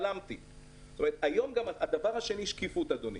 גם הנושא של דו-גלגלי מחולק לקטגוריות ולגילאים.